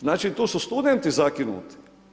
Znači, tu su studenti zakinuti.